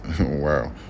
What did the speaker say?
Wow